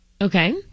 Okay